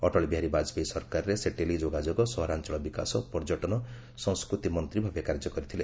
ଅଟଳ ବିହାରୀ ବାଜପେୟୀ ସରକାରରେ ସେ ଟେଲି ଯୋଗାଯୋଗ ସହରାଞ୍ଚଳ ବିକାଶ ପର୍ଯ୍ୟଟନ ଓ ସଂସ୍କୃତି ମନ୍ତ୍ରୀ ଭାବେ କାର୍ଯ୍ୟ କରିଥିଲେ